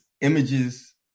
images